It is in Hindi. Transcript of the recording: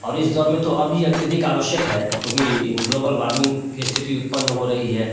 और इस दौर में तो और भी अत्यधिक आवश्यक है क्योंकि ग्लोबल वार्मिंग की स्थिति उत्पन्न हो रही है